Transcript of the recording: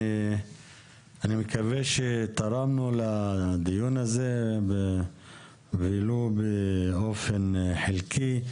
אני מקווה שתרמנו לדיון הזה גם אם באופן חלקי.